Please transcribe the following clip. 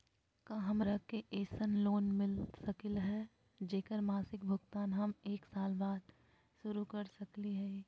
का हमरा के ऐसन लोन मिलता सकली है, जेकर मासिक भुगतान हम एक साल बाद शुरू कर सकली हई?